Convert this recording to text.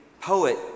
poet